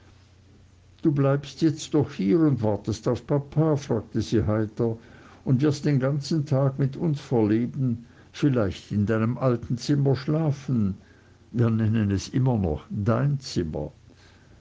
du bleibst jetzt doch hier und wartest auf papa fragte sie heiter und wirst den ganzen tag mit uns verleben vielleicht in deinem alten zimmer schlafen wir nennen es immer noch dein zimmer